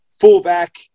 fullback